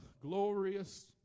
glorious